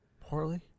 Poorly